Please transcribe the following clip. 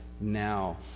now